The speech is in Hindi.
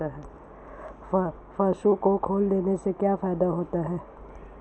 पशु को खल देने से क्या फायदे हैं?